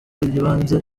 ry’ibanze